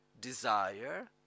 desire